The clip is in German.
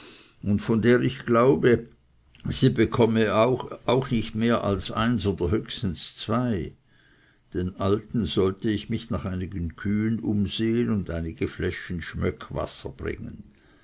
und von der ich glaube sie bekomme auch nicht mehr als eins oder höchstens zwei den alten sollte ich mich nach einigen kühen umsehen und einige fläschchen schmöckwasser bringen